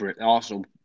Arsenal